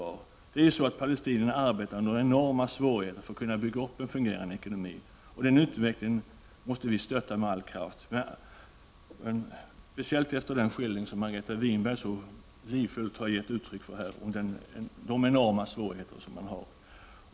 Palestinierna arbetar under enorma svårigheter för att kunna bygga upp en fungerande ekonomi. Den utvecklingen måste vi stötta med all kraft, speciellt efter den livfulla skildring som Margareta Winberg här gav av de enorma svårigheter man har.